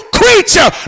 creature